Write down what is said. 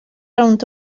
rownd